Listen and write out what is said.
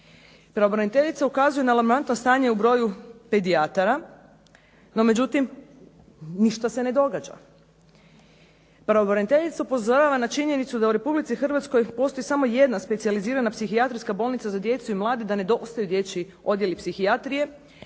Pravobraniteljica ukazuje na alarmantno stanje u broju pedijatara, no međutim ništa se ne događa. Pravobraniteljica upozorava na činjenicu da u Republici Hrvatskoj postoji samo jedna specijalizirana psihijatrijska bolnica za djecu i mlade, da nedostaju dječji odjeli psihijatrije,